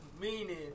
meaning